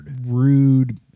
rude